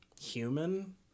human